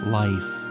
life